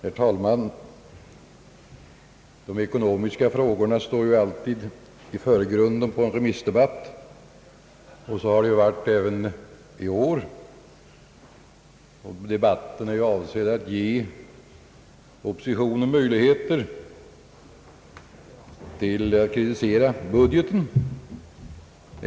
Herr talman! De ekonomiska frågorna står alltid i förgrunden vid remissdebatterna, och så har det varit även i år. Debatten är ju också avsedd att ge oppositionen möjligheter att kritisera budgeten.